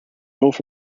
north